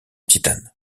titane